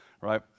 right